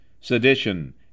Sedition